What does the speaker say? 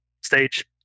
stage